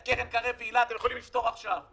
את קרן קרב והיל"ה אתם יכולים לפתור עכשיו.